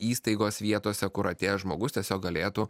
įstaigos vietose kur atėjęs žmogus tiesiog galėtų